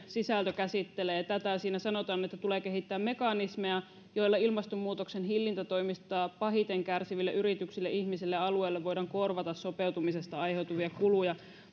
sisältö käsittelee tätä siinä sanotaan että tulee kehittää mekanismeja joilla ilmastonmuutoksen hillintätoimista pahiten kärsiville yrityksille ihmisille ja alueille voidaan korvata sopeutumisesta aiheutuvia kuluja